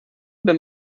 beim